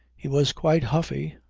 he was quite huffy,